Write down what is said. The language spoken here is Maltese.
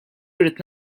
rrid